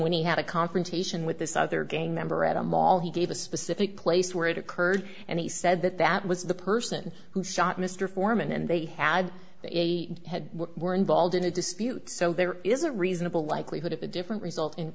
when he had a confrontation with this other gang member at a mall he gave a specific place where it occurred and he said that that was the person who shot mr foreman and they had the head were involved in a dispute so there is a reasonable likelihood of a different result in